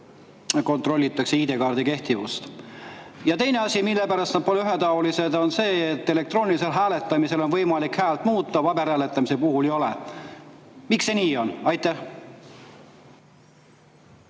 kontrollitakse ID‑kaardi kehtivust. Teine asi, mille pärast nad ei ole ühetaolised, on see, et elektroonilisel hääletamisel on võimalik häält muuta, paberhääletamise puhul ei ole. Miks see nii on? Aitäh,